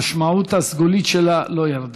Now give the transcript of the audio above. המשמעות הסגולית שלה לא ירדה.